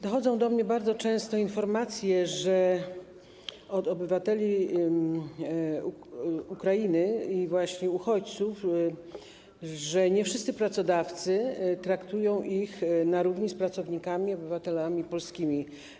Dochodzą do mnie bardzo często informacje od obywateli Ukrainy, właśnie uchodźców, że nie wszyscy pracodawcy traktują ich na równi z pracownikami, obywatelami polskimi.